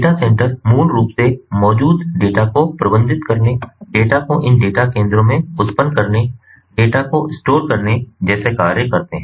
data centre मूल रूप से मौजूद डेटा को प्रबंधित करने डेटा को इन डेटा केंद्रों में उत्पन्न करने डेटा को स्टोर करने जैसे कार्य करते हैं